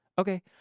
Okay